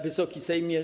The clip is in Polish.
Wysoki Sejmie!